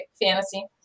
Fantasy